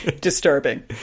Disturbing